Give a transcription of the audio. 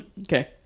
Okay